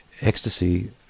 ecstasy